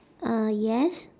uh yes